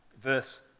verse